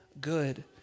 good